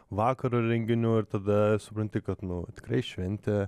vakaro renginių ir tada supranti kad nu tikrai šventė